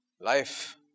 Life